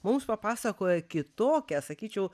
mums papasakojo kitokią sakyčiau